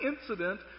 incident